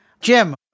Jim